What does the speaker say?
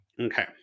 Okay